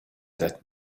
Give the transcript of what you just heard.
that